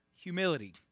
humility